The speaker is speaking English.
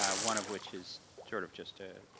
ah one of which is sort of just a